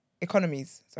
economies